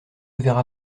verra